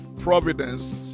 providence